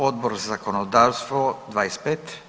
Odbor za zakonodavstvo, 25.